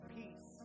peace